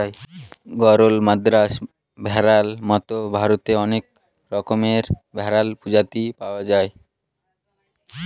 গরল, মাদ্রাজ ভেড়ার মতো ভারতে অনেক রকমের ভেড়ার প্রজাতি পাওয়া যায়